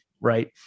right